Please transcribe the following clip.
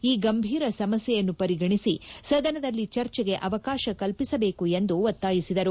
ಈ ಗಂಭೀರ ಸಮಸ್ತೆಯನ್ನು ಪರಿಗಣಿಸಿ ಸದನದಲ್ಲಿ ಚರ್ಚೆಗೆ ಅವಕಾಶ ಕಲ್ಪಿಸಬೇಕು ಎಂದು ಒತ್ತಾಯಿಸಿದರು